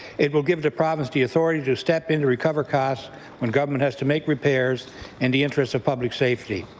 it will give the province the authority to step in to recover costs when government has to make repairs in the interests of public safety.